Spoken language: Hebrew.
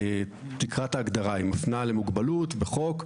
בדיקת ההגדרה מפנה למוגבלות בחוק,